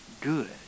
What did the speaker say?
good